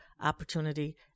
opportunity